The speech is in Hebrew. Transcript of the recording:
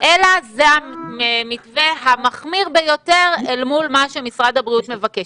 זה צעד טקטי שנועד להוריד מהר שיעורי תחלואה.